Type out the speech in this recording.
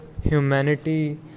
humanity